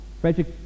Frederick